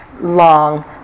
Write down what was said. long